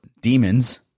demons